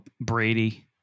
Brady